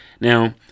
Now